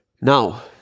Now